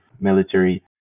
military